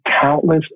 countless